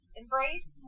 embrace